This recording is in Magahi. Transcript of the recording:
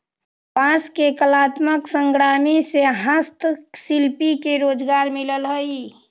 बांस के कलात्मक सामग्रि से हस्तशिल्पि के रोजगार मिलऽ हई